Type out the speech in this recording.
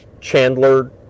chandler